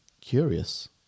curious